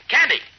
Candy